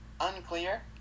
Unclear